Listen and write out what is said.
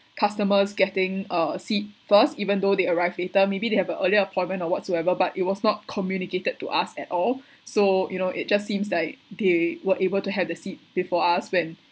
customers getting a seat first even though they arrived later maybe they have a earlier appointment or whatsoever but it was not communicated to us at all so you know it just seems like they were able to have the seat before us when